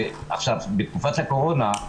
בתקופת הקורונה,